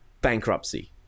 bankruptcy